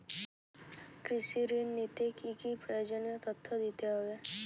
কৃষি ঋণ নিতে কি কি প্রয়োজনীয় তথ্য দিতে হবে?